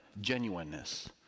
genuineness